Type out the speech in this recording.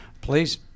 please